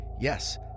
Yes